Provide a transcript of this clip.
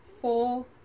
four